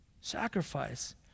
Sacrifice